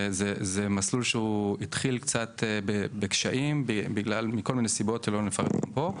זה מסלול שהתחיל קצת בקשיים בגלל כל מיני סיבות שלא נפרט אותן פה.